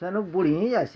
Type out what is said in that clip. ତେନୁ ବୁଡ଼ି ଯାସିଁ